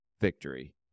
victory